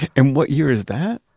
and what year is that?